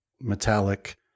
metallic